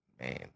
Man